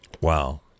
Wow